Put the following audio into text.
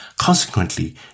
Consequently